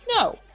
No